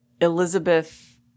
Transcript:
Elizabeth